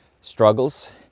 struggles